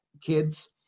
kids